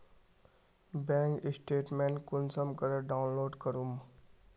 Bank statement कुंसम करे download करूम?